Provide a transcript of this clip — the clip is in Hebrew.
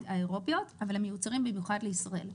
האירופיות אבל הם מיוצרים במיוחד לישראל,